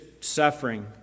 suffering